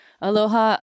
Aloha